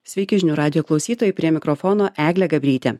sveiki žinių radijo klausytojai prie mikrofono eglė gabrytė